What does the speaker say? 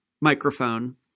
microphone